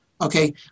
Okay